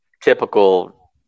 typical